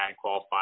qualify